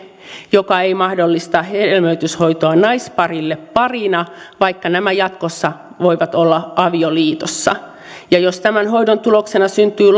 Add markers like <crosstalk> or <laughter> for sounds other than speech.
joka ei mahdollista hedelmöityshoitoa naisparille parina vaikka nämä jatkossa voivat olla avioliitossa jos tämän hoidon tuloksena syntyy <unintelligible>